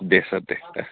दे सार दे दे